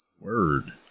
Word